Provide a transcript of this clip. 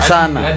Sana